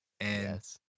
Yes